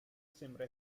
sembra